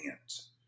Hands